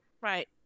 Right